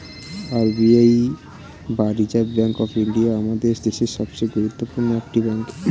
R B I বা Reserve Bank of India আমাদের দেশের সবচেয়ে গুরুত্বপূর্ণ একটি ব্যাঙ্ক